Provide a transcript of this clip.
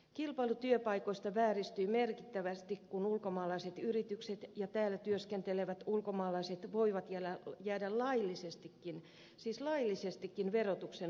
kilpailu työpaikoista vääristyy merkittävästi kun ulkomaalaiset yritykset ja täällä työskentelevät ulkomaalaiset voivat jäädä laillisestikin siis laillisestikin verotuksen ulkopuolelle